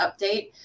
update